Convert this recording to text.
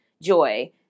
joy